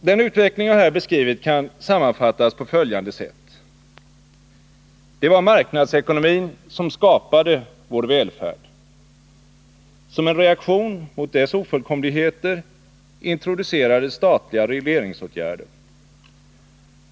Den utveckling jag här beskrivit kan sammanfattas på följande sätt. Det var marknadsekonomin som skapade vår välfärd. Som en reaktion mot dess ofullkomligheter introducerades statliga regleringsåtgärder.